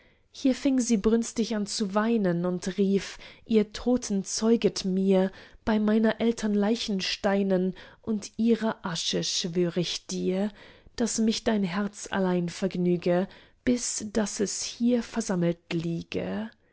hier fing sie brünstig an zu weinen und rief ihr toten zeuget mir bei meiner eltern leichensteinen und ihrer asche schwör ich dir daß mich dein herz allein vergnüge bis daß es hier versammlet